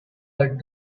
her